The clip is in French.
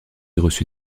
reçus